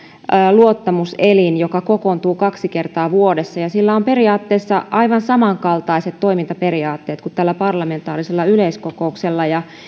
luottamuselin joka kokoontuu kaksi kertaa vuodessa sillä on periaatteessa aivan samankaltaiset toimintaperiaatteet kuin tällä parlamentaarisella yleiskokouksella